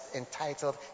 entitled